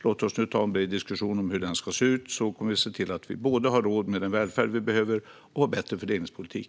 Låt oss ta en bred diskussion om hur den skattereform vi har framför oss ska se ut och se till att vi både har råd med den välfärd vi behöver och får en bättre fördelningspolitik.